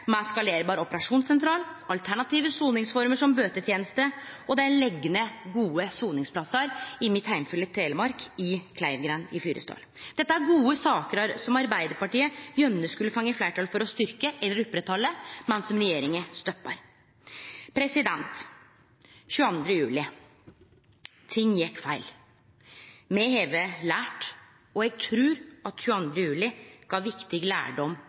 operasjonssentral, alternative soningsformer som bøteteneste, og dei legg ned gode soningsplassar i mitt heimfylke Telemark, i Kleivgrend i Fyresdal. Dette er gode saker som Arbeidarpartiet gjerne skulle fått fleirtal for å styrkje eller oppretthalde, men som regjeringa stoppar. 22. juli: Ting gjekk feil. Me har lært, og eg trur at 22. juli gav viktig lærdom